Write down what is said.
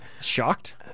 Shocked